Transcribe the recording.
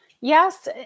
yes